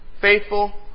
faithful